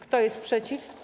Kto jest przeciw?